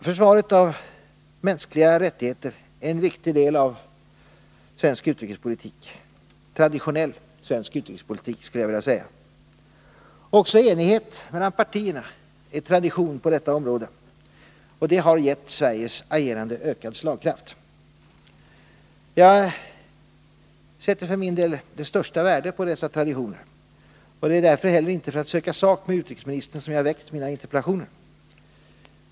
Försvaret av mänskliga rättigheter är en viktig del av — skulle jag vilja säga — traditionell svensk utrikespolitik. Också enighet mellan partierna är tradition på detta område, och det har gett Sveriges agerande ökad slagkraft. Jag sätter för min del det största värde på dessa traditioner. Det är inte heller för att söka sak med utrikesministern som jag har väckt mina interpellationer.